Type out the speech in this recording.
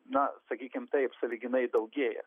na sakykim taip sąlyginai daugėja